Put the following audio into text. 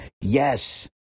Yes